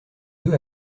deux